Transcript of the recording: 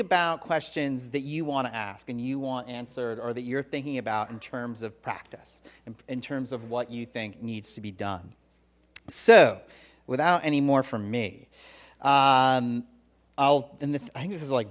about questions that you want to ask and you want answered or that you're thinking about in terms of practice in terms of what you think needs to be done so without any more from me i'll and the thing is like